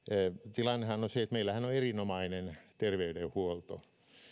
tilannehan on se että meillä on erinomainen terveydenhuolto